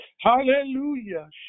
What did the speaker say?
Hallelujah